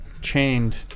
Chained